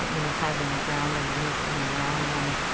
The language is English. ah you know, have in the ground underneath them and around them.